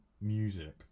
music